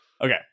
okay